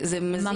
זה מזיק.